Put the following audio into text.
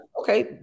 okay